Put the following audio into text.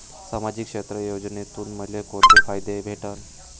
सामाजिक क्षेत्र योजनेतून मले कोंते फायदे भेटन?